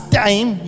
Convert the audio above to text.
time